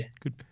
Good